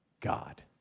God